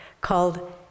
called